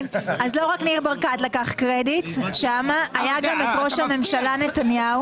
לא רק ניר ברקת לקח קרדיט אלא היה גם את ראש הממשלה נתניהו